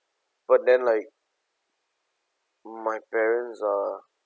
but then like my parents are